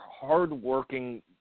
hardworking